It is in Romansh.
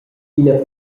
ina